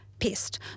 pest